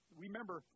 remember